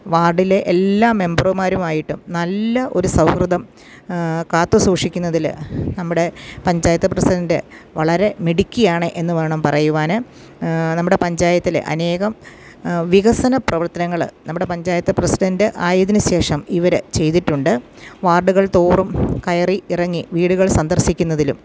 വാർഡിലെ എല്ലാ മെമ്പറുമാരുമായിട്ടും നല്ല ഒരു സൗഹൃദം കാത്തുസൂക്ഷിക്കുന്നതിൽ നമ്മുടെ പഞ്ചായത്ത് പ്രസിഡൻ്റ് വളരെ മിടുക്കിയാണ് എന്നുവേണം പറയുവാന് നമ്മുടെ പഞ്ചായത്തിലെ അനേകം വികസന പ്രവർത്തനങ്ങൾ നമ്മുടെ പഞ്ചായത്ത് പ്രസിഡൻ്റ് ആയതിനുശേഷം ഇവർ ചെയ്തിട്ടുണ്ട് വാർഡുകൾ തോറും കയറി ഇറങ്ങി വീടുകൾ സന്ദർശിക്കുന്നതിലും